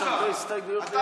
אמרתי לו, אתה סוכר, אתה,